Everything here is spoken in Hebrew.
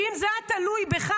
כי אם זה היה תלוי בך,